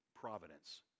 providence